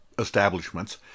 establishments